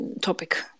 topic